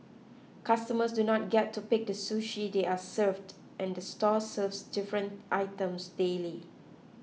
customers do not get to pick the sushi they are served and the store serves different items daily